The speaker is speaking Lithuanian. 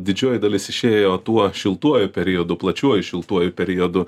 didžioji dalis išėjo tuo šiltuoju periodu plačiuoju šiltuoju periodu